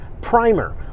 Primer